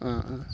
অ' অ'